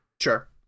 sure